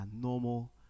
normal